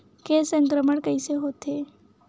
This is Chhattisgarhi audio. के संक्रमण कइसे होथे?